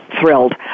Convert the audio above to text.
thrilled